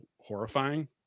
horrifying